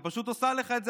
היא פשוט עושה לך את זה,